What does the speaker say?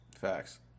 Facts